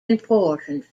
important